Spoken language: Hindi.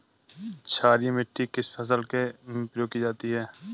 क्षारीय मिट्टी किस फसल में प्रयोग की जाती है?